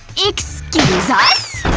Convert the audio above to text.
excuse us!